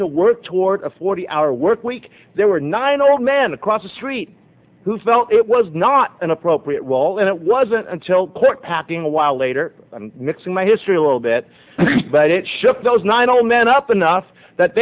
to work toward a forty hour work week there were nine old man across the street who felt it was not an appropriate wall and it wasn't until court packing a while later mixing my history a little bit but it's just those nine all men up enough that